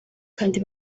kandi